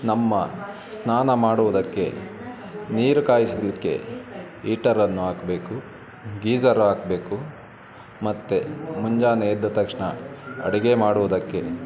ನಮ್ಮ ಸ್ನಾನ ಮಾಡುವುದಕ್ಕೆ ನೀರು ಕಾಯಿಸಲಿಕ್ಕೆ ಈಟರನ್ನು ಹಾಕ್ಬೇಕು ಗೀಝರು ಹಾಕ್ಬೇಕು ಮತ್ತೆ ಮುಂಜಾನೆ ಎದ್ದ ತಕ್ಷಣ ಅಡುಗೆ ಮಾಡುವುದಕ್ಕೆ